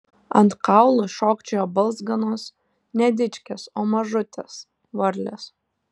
ant kaulų šokčiojo balzganos ne dičkės o mažutės varlės